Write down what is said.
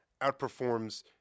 outperforms